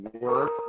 work